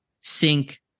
sink